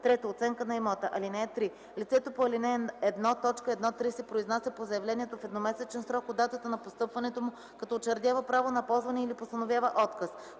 3. оценка на имота. (3) Лицето по ал. 1, т. 1-3 се произнася по заявлението в едномесечен срок от датата на постъпването му, като учредява право на ползване или постановява отказ.